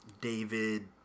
David